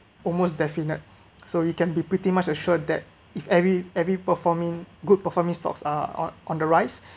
almost definite so you can be pretty much assured that if every every performing good performing stocks are on on the rise